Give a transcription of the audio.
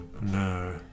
No